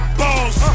balls